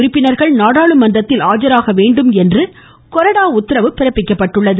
உறுப்பினர்கள் நாடாளுமன்றத்தில் ஆஜராக வேண்டும் என்று கொறடா உத்தரவு பிறப்பிக்கப்பட்டுள்ளது